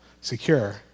secure